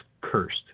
cursed